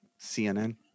CNN